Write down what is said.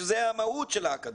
שזו המהות של האקדמיה.